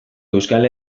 euskal